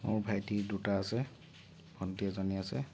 মোৰ ভাইটি দুটা আছে ভণ্টী এজনী আছে